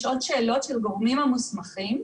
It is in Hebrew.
לשאול שאלות את הגורמים המוסמכים,